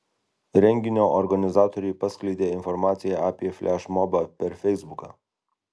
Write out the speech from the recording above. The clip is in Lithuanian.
renginio organizatoriai paskleidė informaciją apie flešmobą per feisbuką